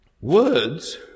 Words